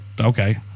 okay